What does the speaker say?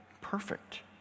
perfect